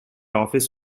office